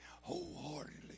wholeheartedly